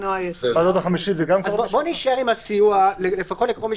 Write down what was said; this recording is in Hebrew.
אז בואו נישאר עם "סיוע לקרוב משפחה"